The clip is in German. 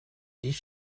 ich